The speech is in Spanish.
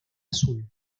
azul